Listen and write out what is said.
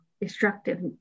destructive